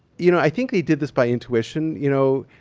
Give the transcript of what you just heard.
you know i think they did this by intuition. you know